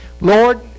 Lord